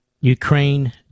Ukraine